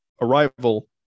Arrival